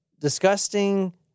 disgusting